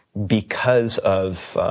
because of